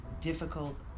difficult